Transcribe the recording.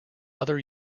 other